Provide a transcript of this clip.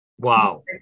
Wow